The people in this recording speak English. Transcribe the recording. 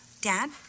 Dad